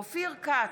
אופיר כץ,